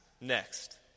next